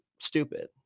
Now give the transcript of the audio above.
stupid